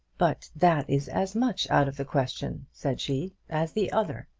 but that is as much out of the question, said she, as the other.